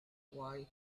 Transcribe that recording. away